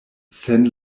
sen